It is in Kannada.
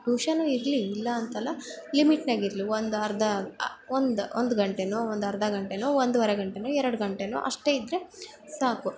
ಟ್ಯೂಷನೂ ಇರಲಿ ಇಲ್ಲ ಅಂತಲ್ಲ ಲಿಮಿಟ್ದಾಗಿರಲಿ ಒಂದು ಅರ್ಧ ಒಂದು ಒಂದು ಗಂಟೆಯೋ ಒಂದು ಅರ್ಧ ಗಂಟೆಯೋ ಒಂದೂವರೆ ಗಂಟೆಯೋ ಎರಡು ಗಂಟೆಯೋ ಅಷ್ಟೇ ಇದ್ರೆ ಸಾಕು